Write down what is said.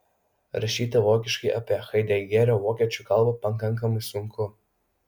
rašyti vokiškai apie haidegerio vokiečių kalbą pakankamai sunku